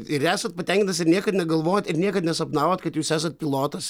ir esat patenkintas ir niekad negalvojot ir niekad nesapnavot kad jūs esat pilotas